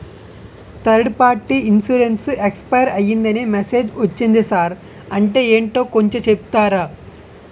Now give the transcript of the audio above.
Third party insurance expire అయ్యిందని message ఒచ్చింది sir అంటే ఏంటో కొంచె చెప్తారా?